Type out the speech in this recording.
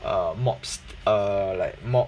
err mobs err like mob